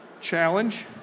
challenge